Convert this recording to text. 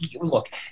look